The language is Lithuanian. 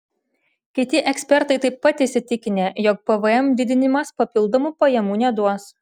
kiti ekspertai taip pat įsitikinę jog pvm didinimas papildomų pajamų neduos